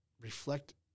reflect